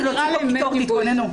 אני באתי להוציא פה קיטור, תתכוננו.